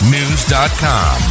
News.com